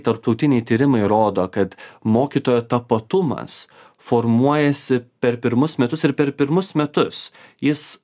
tarptautiniai tyrimai rodo kad mokytojo tapatumas formuojasi per pirmus metus ir per pirmus metus jis